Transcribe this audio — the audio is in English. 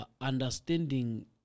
understanding